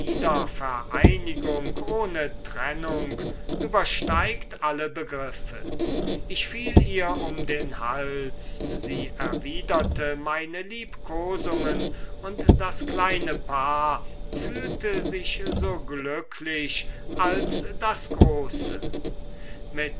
wiedervereinigung ohne trennung übersteigt alle begriffe ich fiel ihr um den hals sie erwiderte meine liebkosungen und das kleine paar fühlte sich so glücklich als das große mit